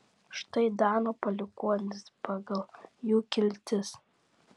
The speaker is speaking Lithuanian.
štai dano palikuonys pagal jų kiltis